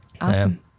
awesome